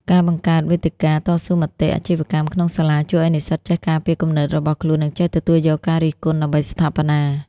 ការបង្កើត "វេទិកាតស៊ូមតិអាជីវកម្ម" ក្នុងសាលា ជួយឱ្យនិស្សិតចេះការពារគំនិតរបស់ខ្លួន និងចេះទទួលយកការរិះគន់ដើម្បីស្ថាបនា។